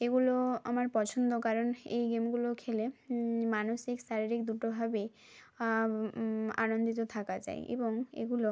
এগুলো আমার পছন্দ কারণ এই গেমগুলো খেলে মানুসিক শারীরিক দুটোভাবেই আনন্দিত থাকা যায় এবং এগুলো